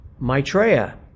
Maitreya